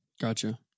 Gotcha